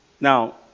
Now